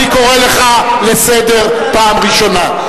אני קורא אותך לסדר פעם ראשונה.